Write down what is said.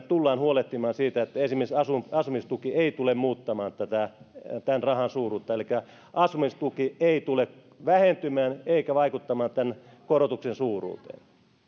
tullaan huolehtimaan siitä että esimerkiksi asumistuki ei tule muuttamaan tämän rahan suuruutta elikkä asumistuki ei tule vähentymään eikä vaikuttamaan tämän korotuksen suuruuteen